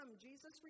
Jesus